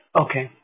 okay